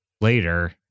later